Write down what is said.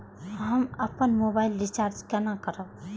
हम अपन mobile recharge केना करब?